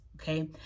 Okay